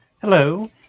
Hello